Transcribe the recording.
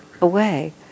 away